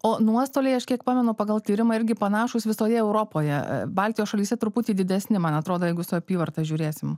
o nuostoliai aš kiek pamenu pagal tyrimą irgi panašūs visoje europoje baltijos šalyse truputį didesni man atrodo jeigu su apyvarta žiūrėsim